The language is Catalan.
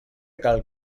cal